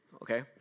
Okay